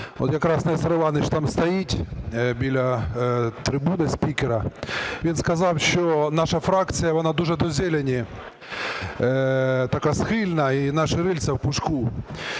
Якраз Нестор Іванович там стоїть біля трибуни спікера, він сказав, що наша фракція, вона дуже до "зелені" така схильна і наше "рильце в пушку".